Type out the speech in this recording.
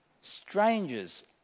strangers